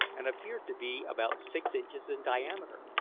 and appeared to be about six inches in diameter,